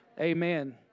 Amen